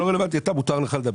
הממשלה.